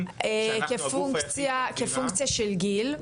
שאנחנו הגוף היחיד במדינה --- כפונקציה של גיל,